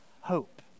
hope